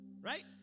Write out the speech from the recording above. Right